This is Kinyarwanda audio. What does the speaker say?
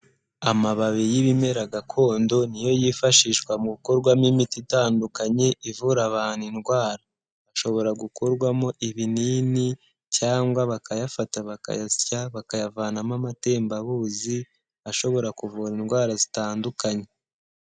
Amababi y'ibimera gakondo ni yo yifashishwa mu gukorwamo imiti itandukanye ivura abantu indwara. Ashobora gukorwamo ibinini cyangwa bakayafata bakayasya bakayavanamo amatembabuzi, ashobora kuvura indwara zitandukanye.